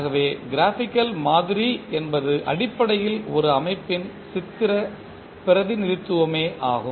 ஆகவே க்ராபிக்கல் மாதிரி என்பது அடிப்படையில் ஒரு அமைப்பின் சித்திர பிரதிநிதித்துவமே ஆகும்